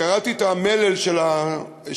קראתי את המלל של התקציב.